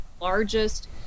largest